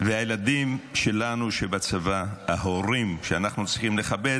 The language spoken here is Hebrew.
והילדים שלנו שבצבא, ההורים שאנחנו צריכים לכבד,